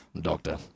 Doctor